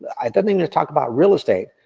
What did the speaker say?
i don't even talk about real estate,